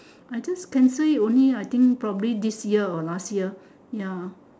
I just cancelled it only I think probably this year or last year ya